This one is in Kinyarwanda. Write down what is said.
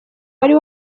wari